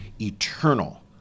eternal